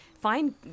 Find